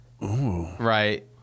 right